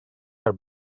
her